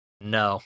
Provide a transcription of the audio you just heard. No